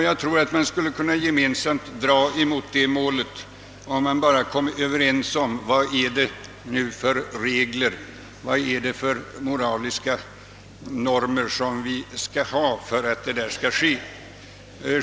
Jag tror att man gemensamt skulle kunna närma sig detta mål, om man bara kom överens om vilka regler och vilka moraliska normer man skall ha för att detta skall förverkligas.